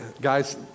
guys